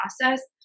process